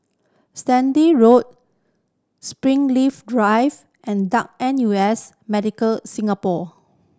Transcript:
Sturdee Road Springleaf Drive and Duke N U S Medical Singapore